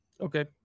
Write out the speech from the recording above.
Okay